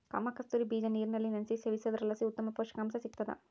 ಕಾಮಕಸ್ತೂರಿ ಬೀಜ ನೀರಿನಲ್ಲಿ ನೆನೆಸಿ ಸೇವಿಸೋದ್ರಲಾಸಿ ಉತ್ತಮ ಪುಷಕಾಂಶ ಸಿಗ್ತಾದ